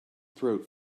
throat